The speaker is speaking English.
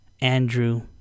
Andrew